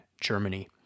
Germany